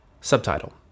Subtitle